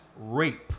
rape